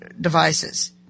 devices